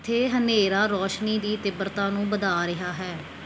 ਇੱਥੇ ਹਨੇਰਾ ਰੌਸ਼ਨੀ ਦੀ ਤੀਬਰਤਾ ਨੂੰ ਵਧਾ ਰਿਹਾ ਹੈ